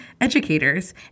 educators